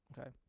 Okay